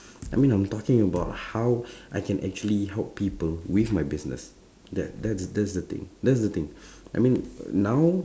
I mean I'm talking about how I can actually help people with my business that that's that's the thing that's the thing I mean now